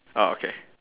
orh okay